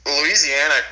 Louisiana